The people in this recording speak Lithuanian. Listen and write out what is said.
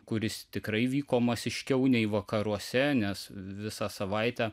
kuris tikrai vyko masiškiau nei vakaruose nes visą savaitę